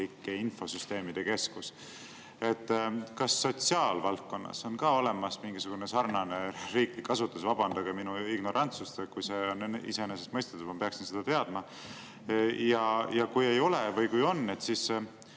infosüsteemide keskus. Kas sotsiaalvaldkonnas on ka olemas mingisugune sarnane riiklik asutus? Vabandage minu ignorantsust, kui see on iseenesestmõistetav ja ma peaksin seda teadma. Kui on, siis